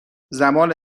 زمان